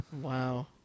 Wow